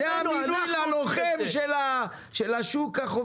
שהבנקים עדיין שולטים,